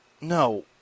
No